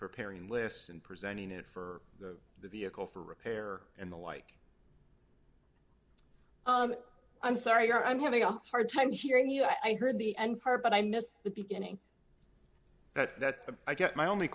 preparing lists and presenting it for the vehicle for repair and the like i'm sorry i'm having a hard time hearing you i heard the end part but i missed the beginning that i get my only